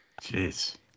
Jeez